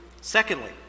Secondly